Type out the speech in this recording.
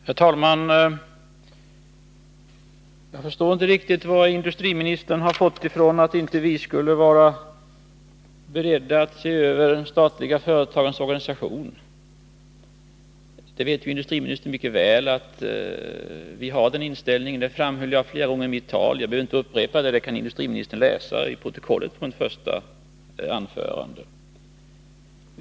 Herr talman! Jag förstår inte riktigt varifrån industriministern har fått uppfattningen att vi inte skulle vara beredda att se över de statliga företagens organisation. Industriministern vet mycket väl att vi vill göra detta, vilket jag också flera gånger framhöll i mitt tal. Jag behöver inte upprepa någonting, eftersom industriministern i protokollet kan läsa mitt första anförande.